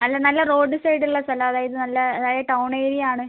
അല്ല നല്ല road side ഉള്ള സ്ഥലം അതായത് നല്ല അതായത് ടൗൺ ഏരിയ ആണ്